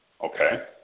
okay